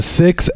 six